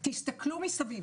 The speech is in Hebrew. תסתכלו מסביב.